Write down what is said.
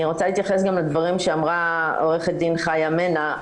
אני רוצה להתייחס גם לדברים שאמרה עורכת הדין חיה מנע,